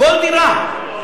כל דירה.